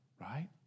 right